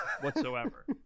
Whatsoever